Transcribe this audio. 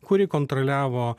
kuri kontroliavo